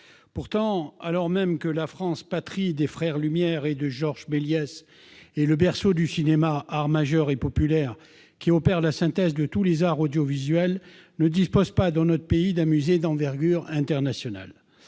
bien. Alors même que la France, patrie des frères Lumières et de Georges Méliès, est le berceau du cinéma, cet art majeur et populaire, qui opère la synthèse de tous les arts audiovisuels, ne dispose pas dans notre pays d'un musée d'envergure internationale.